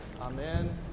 Amen